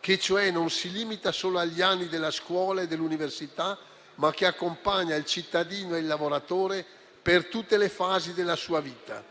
che cioè non si limita solo agli anni della scuola e dell'università, ma accompagna il cittadino e il lavoratore per tutte le fasi della sua vita.